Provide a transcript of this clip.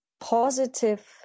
positive